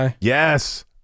Yes